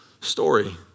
story